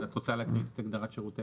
ואת רוצה להקריא את הגדרת שירותי טלפוניה?